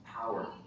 power